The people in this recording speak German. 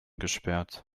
gesperrt